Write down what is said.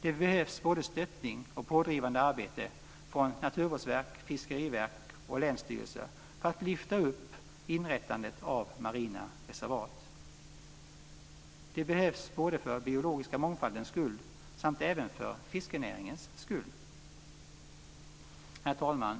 Det behövs både stöttning och pådrivande arbete från Naturvårdsverket, Fiskeriverket och länsstyrelser för att lyfta upp inrättandet av marina reservat. Det behövs både för den biologiska mångfaldens skull och för fiskenäringens skull. Herr talman!